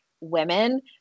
women